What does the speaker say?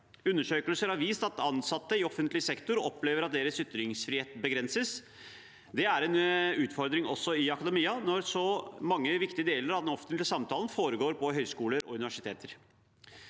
Undersøkelser har vist at ansatte i offentlig sektor opplever at deres ytringsfrihet begrenses. Det er en utfordring også i akademia når så mange viktige deler av den offentlige samtalen foregår på høyskoler og universiteter.